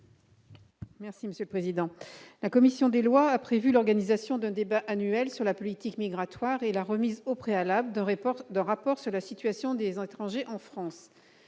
Mme Catherine Di Folco. La commission des lois a prévu l'organisation d'un débat annuel sur la politique migratoire et la remise, au préalable, d'un rapport sur la situation des étrangers en France.